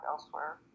elsewhere